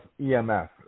EMF